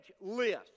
list